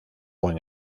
buen